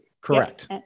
Correct